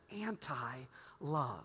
anti-love